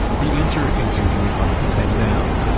the answer is usually hard to pin down.